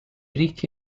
ricchi